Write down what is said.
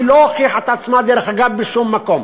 היא לא הוכיחה את עצמה, דרך אגב, בשום מקום.